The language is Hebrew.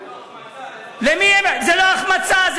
החמצה, זה לא החמצה.